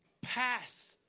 pass